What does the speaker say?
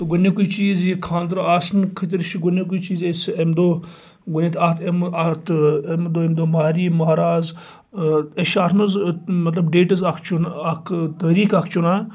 تہٕ گۄڈٕنکُے چیز یہِ خانٛدَر آسنہ خٲطرٕ چھُ گۄڈٕنکُے چیز اَسہِ امہِ دۄہ گۄڈٕنیٚتھ اَتھ امہِ اتھ امہِ دۄہ ییٚمہ دۄہ مَہرٮ۪ن مَہراز أسۍ چھِ اَتھ منٛز مَطلَب ڈیٹٕز اَکھ چُن اَکھ تٲریخ اَکھ چُنان